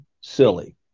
silly